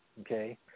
okay